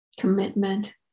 commitment